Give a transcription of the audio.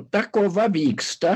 ta kova vyksta